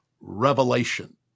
revelation